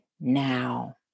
now